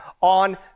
on